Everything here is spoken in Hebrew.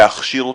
להכשיר אותו.